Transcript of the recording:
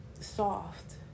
soft